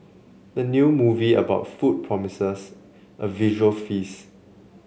the new movie about food promises a visual feasts